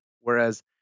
Whereas